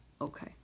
Okay